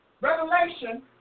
Revelation